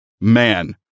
Man